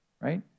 right